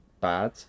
bad